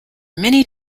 many